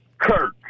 Kirk